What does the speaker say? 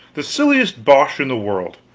the silliest bosh in the world!